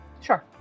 Sure